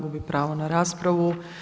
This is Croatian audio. Gubi pravo na raspravu.